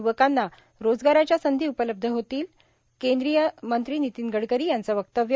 य्वकांना रोजगाराच्या संधी उपलब्ध होतील केंद्रीय मंत्री नितीन गडकरी यांचं वक्तव्य